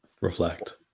reflect